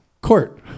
Court